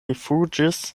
rifuĝis